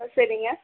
ஆ சரிங்க